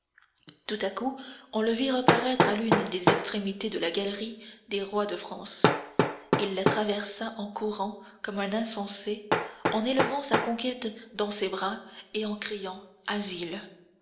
tout à coup on le vit reparaître à l'une des extrémités de la galerie des rois de france il la traversa en courant comme un insensé en élevant sa conquête dans ses bras et en criant asile